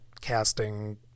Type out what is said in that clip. casting